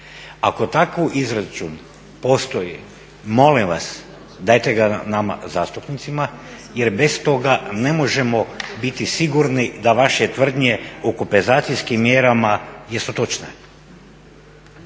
Ako takav izračun postoji molim vas dajte ga nama zastupnicima jer bez toga ne možemo biti sigurni da vaše tvrdnje o kompenzacijskim mjerama jesu točne.